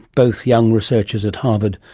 both young researchers at harvard,